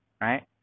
right